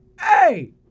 Hey